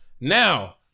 Now